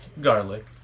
Garlic